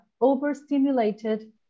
overstimulated